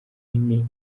nini